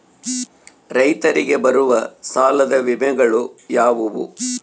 ರೈತರಿಗೆ ಬರುವ ಸಾಲದ ವಿಮೆಗಳು ಯಾವುವು?